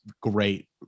great